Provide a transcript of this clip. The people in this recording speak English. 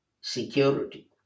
security